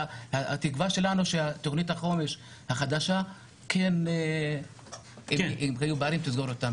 התקווה שלנו היא שתוכנית החומש החדשה כן תסגור את הפערים.